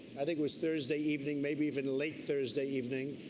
i think it was thursday evening, maybe even late thursday evening,